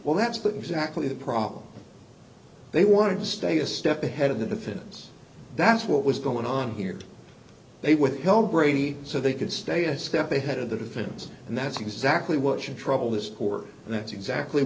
well that's but exactly the problem they want to stay a step ahead of the defense that's what was going on here they withheld brady so they could stay a step ahead of the defense and that's exactly what should trouble this court and that's exactly